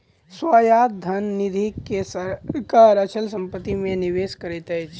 स्वायत्त धन निधि के सरकार अचल संपत्ति मे निवेश करैत अछि